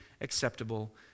acceptable